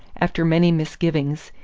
after many misgivings,